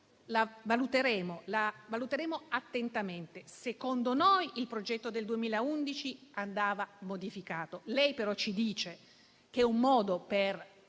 lo valuteremo attentamente. Secondo noi, il progetto del 2011 andava modificato, lei però ci dice che è un modo per